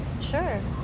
sure